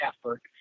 effort